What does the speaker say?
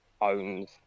owns